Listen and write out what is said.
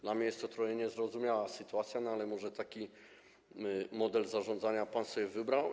Dla mnie jest to trochę niezrozumiała sytuacja, ale może taki model zarządzania pan sobie wybrał.